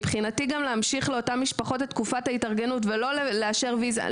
מבחינתי גם להמשיך לאותן משפחות את תקופת ההתארגנות ולא לאשר ויזה.